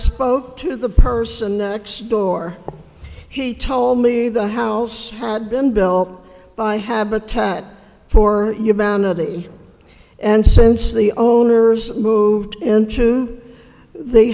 spoke to the person next door he told me the house had been built by habitat for humanity and since the owners moved into the